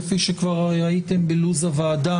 כפי שכבר ראיתם בלו"ז הוועדה.